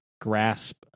grasp